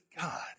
God